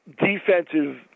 defensive